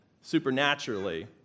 supernaturally